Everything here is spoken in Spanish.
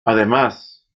además